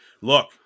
look